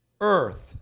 earth